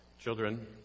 Children